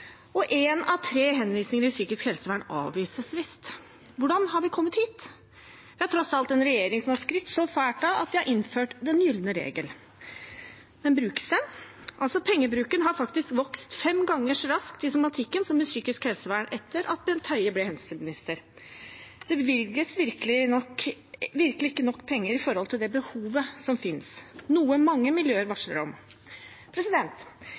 av tre henvisninger til psykisk helsevern avvises visst. Hvordan har vi kommet hit? Vi har tross alt en regjering som har skrytt fælt av at de har innført den gylne regel. Men brukes den? Pengebruken har faktisk vokst fem ganger så raskt i somatikken som i psykisk helsevern etter at Bent Høie ble helseminister. Det bevilges virkelig ikke nok penger i forhold til behovet som finnes – noe mange miljøer